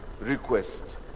request